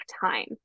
time